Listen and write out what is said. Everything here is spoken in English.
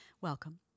Welcome